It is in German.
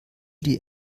die